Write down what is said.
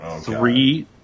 three